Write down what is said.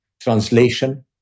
translation